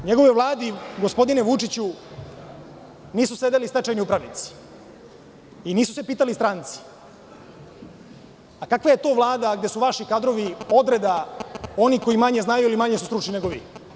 U njegovoj Vladi gospodine Vučiću, nisu sedeli stečajni upravnici i nisu se pitali stranci, a kakva je to Vlada gde su vaši kadrovi odreda onih koji manje znaju ili koji su manje stručni nego vi.